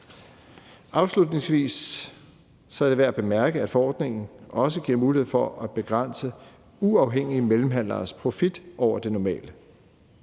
Afslutningsvis er det værd at bemærke, at forordningen også giver mulighed for at begrænse uafhængige mellemhandleres profit over det normale.